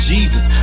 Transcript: Jesus